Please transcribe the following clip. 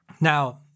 Now